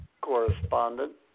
correspondent